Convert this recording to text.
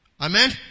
Amen